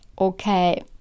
okay